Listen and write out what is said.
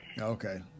Okay